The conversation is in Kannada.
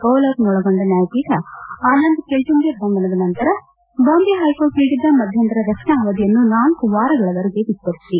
ಕೌಲ್ ಅವರನ್ನೊಳಗೊಂಡ ನ್ಯಾಯಪೀಠ ಆನಂದ್ ಟೆಲ್ಲುಂಟ್ನೆ ಬಂಧನದ ನಂತರ ಬಾಂಬೆ ಹೈಕೋರ್ಟ್ ನೀಡಿದ್ದ ಮಧ್ಯಂತರ ರಕ್ಷಣಾ ಅವಧಿಯನ್ನು ನಾಲ್ಲು ವಾರಗಳ ವರೆಗೆ ವಿಸ್ತರಿಸಿದೆ